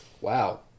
Wow